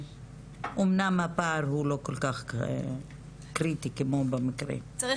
אמנם הפער הוא לא כל כך קריטי כמו במקרה --- צריך